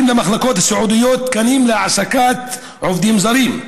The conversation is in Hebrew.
למחלקות הסיעודיות תקנים להעסקת עובדים זרים.